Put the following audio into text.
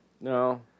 No